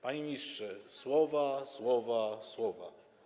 Panie ministrze, słowa, słowa, słowa.